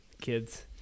kids